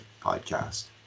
podcast